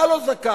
אתה לא זכאי,